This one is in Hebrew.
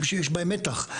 שיש בהם מתח.